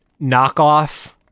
knockoff